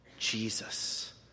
Jesus